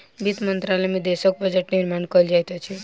वित्त मंत्रालय में देशक बजट निर्माण कयल जाइत अछि